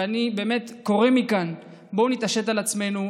ואני באמת קורא מכאן: בואו נתעשת על עצמנו.